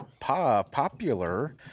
Popular